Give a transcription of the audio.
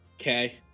Okay